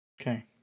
Okay